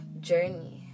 journey